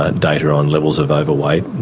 ah data on levels of overweight,